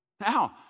Now